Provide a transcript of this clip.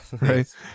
right